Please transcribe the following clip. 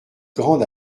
grande